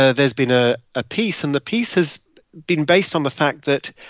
ah there's been a ah peace, and the peace has been based on the fact that,